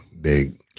big